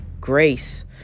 grace